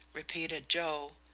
repeated joe.